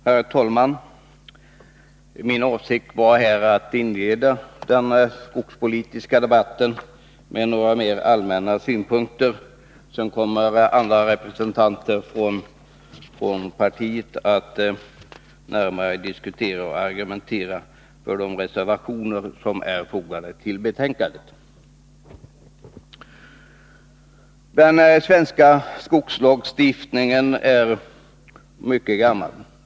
Herr talman! Min avsikt är att inleda den skogspolitiska debatten med några mer allmänna synpunkter. Sedan kommer andra representanter från partiet att närmare diskutera och argumentera för de reservationer som är fogade till betänkandet. Den svenska skogslagstiftningen är mycket gammal.